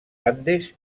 andes